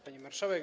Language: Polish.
Pani Marszałek!